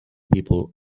people